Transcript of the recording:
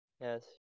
Yes